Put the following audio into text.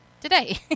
today